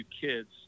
kids